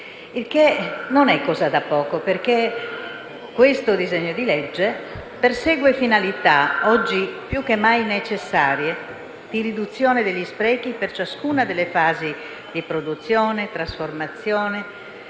che non è cosa da poco. Infatti, questo disegno di legge persegue finalità, oggi più che mai necessarie, di riduzione degli sprechi per ciascuna delle fasi di produzione, trasformazione,